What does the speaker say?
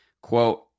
Quote